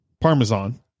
Parmesan